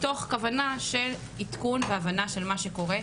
מתוך כוונה שיהיה עדכון והבנה של כל מה שקורה.